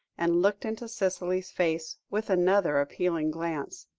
and looked into cicely's face, with another appealing glance.